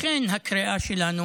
לכן הקריאה שלנו,